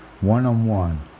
one-on-one